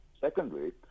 Secondly